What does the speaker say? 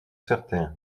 certains